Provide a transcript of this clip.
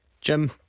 Jim